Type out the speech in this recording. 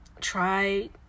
try